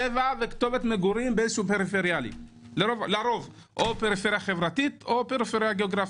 צבע וכתובת מגורים או בפריפריה חברית או פריפריה גיאוגרפית.